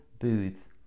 Booth